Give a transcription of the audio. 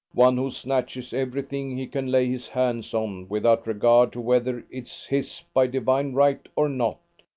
one who snatches everything he can lay his hands on, without regard to whether it's his by divine right or not.